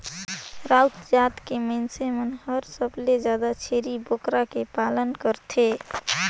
राउत जात के मइनसे मन हर सबले जादा छेरी बोकरा के पालन करथे